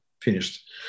Finished